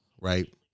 right